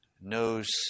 knows